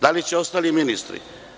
Da li će ostali ministri?